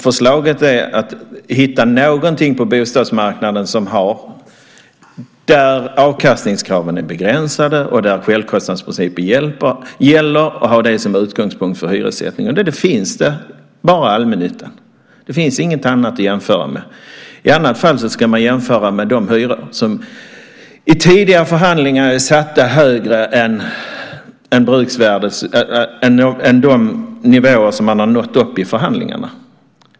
Förslaget är att hitta någonting på bostadsmarknaden där avkastningskraven är begränsade och där självkostnadsprincipen gäller och ha det som utgångspunkt för hyressättningen. Då finns bara allmännyttan. Det finns inget annat att jämföra med. I annat fall ska man jämföra med de hyror som i tidigare förhandlingar är satta högre än de nivåer man har nått i de aktuella förhandlingarna.